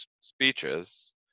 speeches